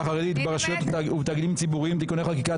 החרדית ברשויות ובתאגידים ציבוריים (תיקוני חקיקה),